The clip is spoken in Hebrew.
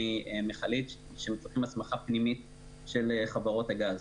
ממכלית שהם צריכים הסמכה פנימית של חברות הגז.